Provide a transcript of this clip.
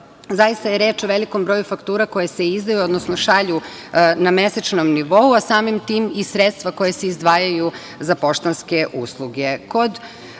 zaista je reč o velikom broju faktura koje se šalju na mesečnom nivou, a samim tim i sredstva koja se izdvajaju za poštanske usluge. Kod